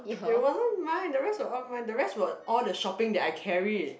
it wasn't mine the rest were all mine the rest were all the shopping that I carried